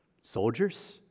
soldiers